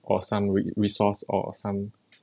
or some re~ resource or some